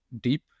deep